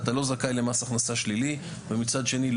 אתה לא זכאי למס הכנסה שלילי ומצד שני,